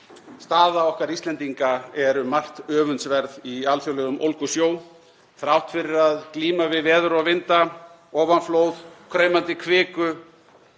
Staða okkar Íslendinga er um margt öfundsverð í alþjóðlegum ólgusjó. Þrátt fyrir að glíma við veður og vinda, ofanflóð og kraumandi kviku